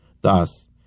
Thus